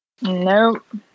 Nope